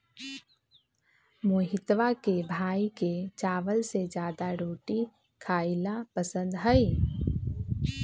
मोहितवा के भाई के चावल से ज्यादा रोटी खाई ला पसंद हई